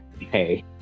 Hey